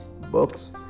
books